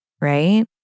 Right